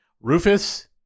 Rufus